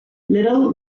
little